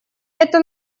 это